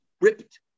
ripped